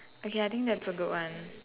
okay I think that's a good one